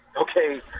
Okay